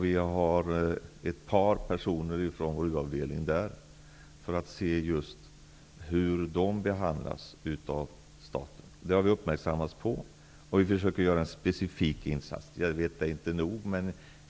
Vi har ett par personer från vår uavdelning där för att se hur de behandlas av staten. Vi har uppmärksammats på detta problem, och vi försöker att göra en specifik insats. Detta är inte nog.